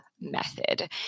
method